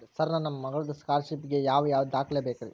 Sir ನನ್ನ ಮಗ್ಳದ scholarship ಗೇ ಯಾವ್ ಯಾವ ದಾಖಲೆ ಬೇಕ್ರಿ?